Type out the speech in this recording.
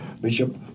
Bishop